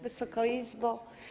Wysoka Izbo!